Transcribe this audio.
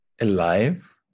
alive